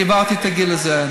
אני עברתי את הגיל הזה,